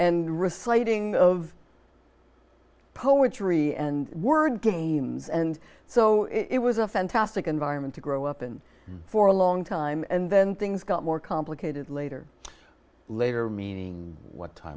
and reciting of poetry and word games and so it was a fantastic environment to grow up and for a long time and then things got more complicated later later meaning what time